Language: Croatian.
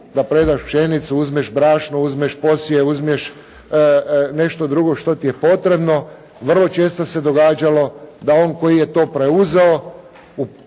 da predaš pšenicu uzmeš brašno, uzmeš posije, uzmeš nešto drugo što ti je potrebno, vrlo često se događalo da on koji je to preuzeo